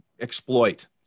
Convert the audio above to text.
exploit